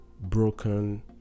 broken